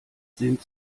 sind